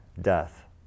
death